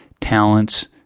talents